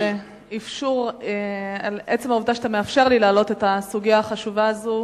על עצם העובדה שאתה מאפשר לי להעלות את הסוגיה החשובה הזאת,